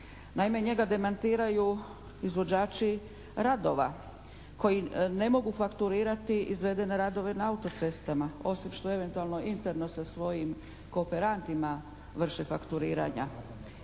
Naime, njega demantiraju izviđači radova koji je mogu fakturirati izvedene radove na autocestama, osim što eventualno interno sa svojim kooperantima vrše fakturiranja.